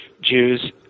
Jews